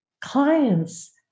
clients